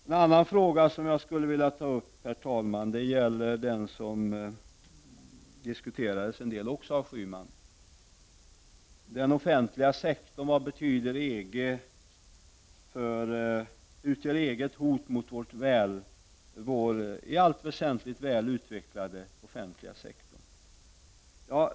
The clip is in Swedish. En annan fråga som jag skulle vilja ta upp diskuterades även den av Gudrun Schyman. Utgör EG ett hot mot vår i allt väsentligt väl utvecklade offentliga sektor?